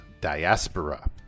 Diaspora